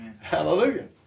hallelujah